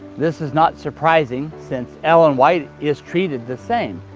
this is not surprising since ellen white is treated the same.